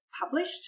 published